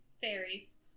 fairies